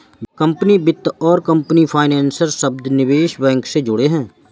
company वित्त और company financier शब्द निवेश बैंक से जुड़े हैं